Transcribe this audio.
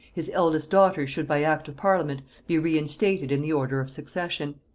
his eldest daughter should by act of parliament be reinstated in the order of succession.